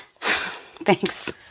Thanks